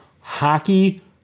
hockey